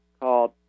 called